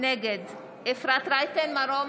נגד אפרת רייטן מרום,